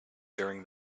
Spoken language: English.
during